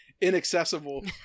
inaccessible